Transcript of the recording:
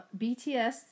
bts